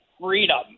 freedom